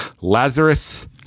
Lazarus